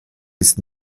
bis